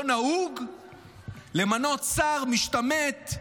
לא נהוג למנות שר משתמט,